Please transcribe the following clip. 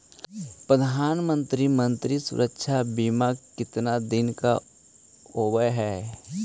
प्रधानमंत्री मंत्री सुरक्षा बिमा कितना दिन का होबय है?